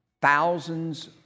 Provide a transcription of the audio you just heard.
Thousands